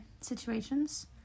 situations